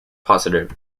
positive